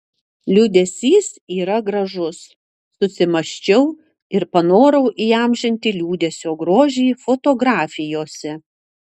liūdesys yra gražus susimąsčiau ir panorau įamžinti liūdesio grožį fotografijose